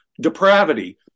depravity